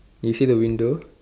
you see the window